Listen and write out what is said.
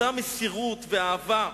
אותה מסירות ואהבה,